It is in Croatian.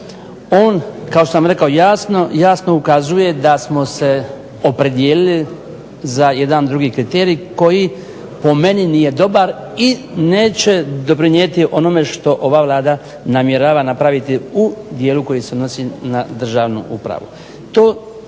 on kao što sam rekao jasno ukazuje da smo se opredijelili za jedan drugi kriterij koji po meni nije dobar i neće doprinijeti onome što ova Vlada namjerava napraviti u dijelu koji se odnosi na državnu upravu.